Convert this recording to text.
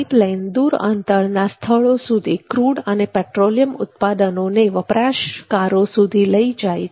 pipeline દૂર અંતરના સ્થળો સુધી ક્રૂડ અને પેટ્રોલિયમ ઉત્પાદનોને વપરાશકારો સુધી લઇ જાય છે